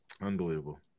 unbelievable